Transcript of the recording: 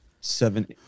seven